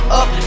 up